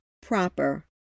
proper